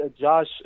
Josh